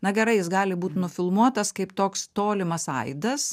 na gerai jis gali būt nufilmuotas kaip toks tolimas aidas